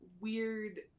weird